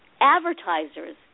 advertisers